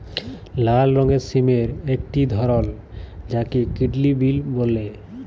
লাল রঙের সিমের একটি ধরল যাকে কিডলি বিল বল্যে